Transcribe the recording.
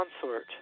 consort